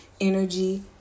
energy